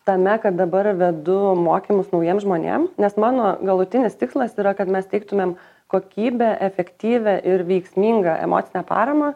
tame kad dabar vedu mokymus naujiem žmonėm nes mano galutinis tikslas yra kad mes teiktumėm kokybę efektyvią ir veiksmingą emocinę paramą